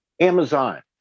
Amazon